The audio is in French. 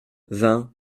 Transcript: vingt